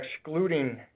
excluding